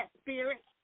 spirit